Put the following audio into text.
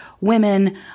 women